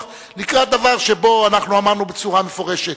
לקראת דבר שבו אמרנו בצורה מפורשת: